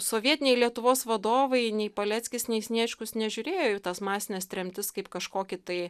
sovietiniai lietuvos vadovai nei paleckis nei sniečkus nežiūrėjo į tas masines tremtis kaip kažkokį tai